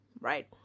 right